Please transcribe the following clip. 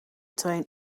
train